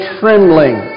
trembling